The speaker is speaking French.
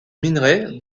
minerai